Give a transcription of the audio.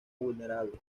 vulnerable